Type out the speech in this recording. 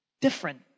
different